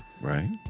Right